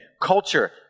culture